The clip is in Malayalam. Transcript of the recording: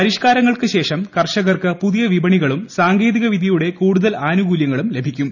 പരിഷ്കാരങ്ങൾക്ക് ശേഷം കർഷകർക്ക് പുതിയ വിപണികളും സാങ്കേതികവിദ്യയുടെ കൂടുതൽ ആനുകൂലൃങ്ങളും ലഭിക്കും